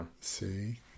See